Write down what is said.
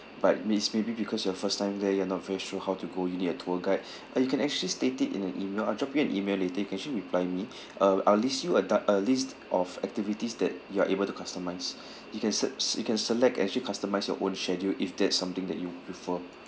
but miss maybe because your first time there you're not very sure how to go you need a tour guide uh you can actually state it in the email I'll drop you an email later you can actually reply me uh I'll list you a du~ a list of activities that you're able to customise you can se~ you can select actually customise your own schedule if that's something that you prefer